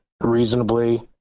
reasonably